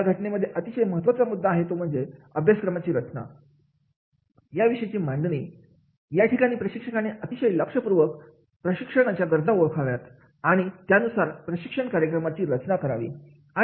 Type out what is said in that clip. या घटनेमध्ये अतिशय महत्त्वाचा मुद्दा असतो तो म्हणजे अभ्यासक्रमाची रचना करणे विषयाची मांडणी करणे याठिकाणी प्रशिक्षकाने अतिशय लक्षपूर्वक प्रशिक्षणाच्या गरजा ओळखाव्यात आणि त्यानुसार प्रशिक्षण कार्यक्रमाची रचना करावी